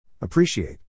Appreciate